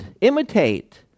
imitate